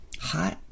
hot